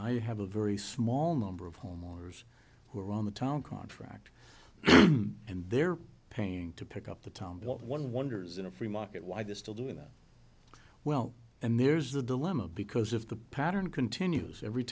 you have a very small number of homeowners who are on the town contract and they're paying to pick up the town but one wonders in a free market why this still doing that well and there's a dilemma because if the pattern continues every